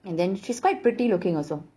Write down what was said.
and then she's quite pretty looking also